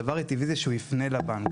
הדבר הטבעי זה שהוא יפנה לבנק.